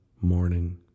morning